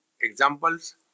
examples